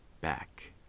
back